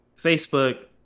Facebook